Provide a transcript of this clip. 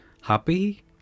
happy